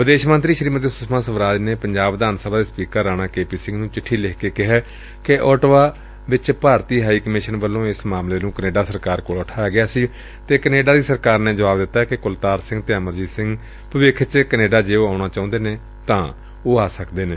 ਵਿਦੇਸ਼ ਮੰਤਰੀ ਸ੍ਰੀਮਤੀ ਸੁਸ਼ਮਾ ਸਵਰਾਜ ਨੇ ਪੰਜਾਬ ਵਿਧਾਨ ਸਭਾ ਦੇ ਸਪੀਕਰ ਰਾਣਾ ਕੇਪੀ ਸਿੰਘ ਨੁੰ ਲਿਖੀ ਚਿੱਠੀ ਚ ਕਿਹਾ ਕਿ ਓਟਵਾ ਵਿੱਚ ਭਾਰਤੀ ਹਾਈ ਕਮਿਸ਼ਨ ਵੱਲੋਂ ਇਸ ਮਾਮਲੇ ਨੂੰ ਕੈਨੇਡਾ ਸਰਕਾਰ ਕੋਲ ਉਠਾਇਆ ਗਿਆ ਸੀ ਅਤੇ ਕੈਨੇਡੀਅਨ ਸਰਕਾਰ ਨੇ ਜਵਾਬ ਦਿੱਤਾ ਕਿ ਕੁਲਤਾਰ ਸਿੰਘ ਅਤੇ ਅਮਰਜੀਤ ਸਿੰਘ ਭਵਿੱਖ ਵਿੱਚ ਕੈਨੇਡਾ ਜੇਕਰ ਉਹ ਜਾਣਾ ਚਾਹੁੰਦੇ ਹੋਣ ਤਾਂ ਜਾਣ ਦੇ ਯੋਗ ਨੇ